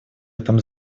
этом